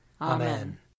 Amen